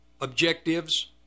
objectives